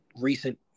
recent